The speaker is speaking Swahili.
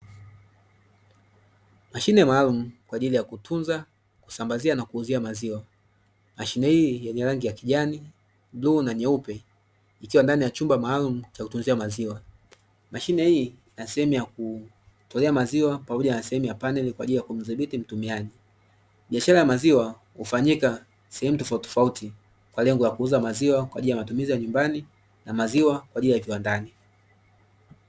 Mashine maalumu kwa ajili ya kutunza na kusambazia na kuuzia maziwa, mashine hii yenye rangi ya kijani, bluu na nyeupe ikiwa ndani ya chumba maalumu cha kutunzia maziwa, mashine hii ina sehemu ya kutolea maziwa pamoja na sehemu ya paneli kwa ajili ya kumdhibiti mtumiaji, biashara ya maziwa hufanyika sehemu tofauti tofauti kwa lengo la kuuza maziwa kwaajili ya matumizi ya nyumbani na maziwa kwa ajili ya viwandani.